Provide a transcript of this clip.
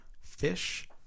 Fish